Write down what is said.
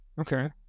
Okay